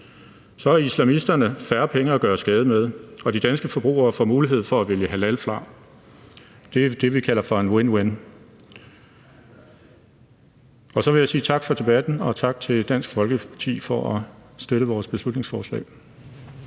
Så har islamisterne færre penge at gøre skade med, og de danske forbrugere får mulighed for at vælge halal fra. Det er det, vi kalder for en win-win. Så vil jeg sige tak for debatten, og tak til Dansk Folkeparti for at støtte vores beslutningsforslag.